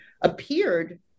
appeared